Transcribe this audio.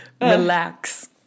Relax